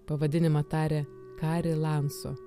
pavadinimą tarė kari lanso